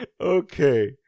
Okay